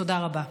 תודה רבה.